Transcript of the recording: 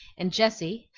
and jessie,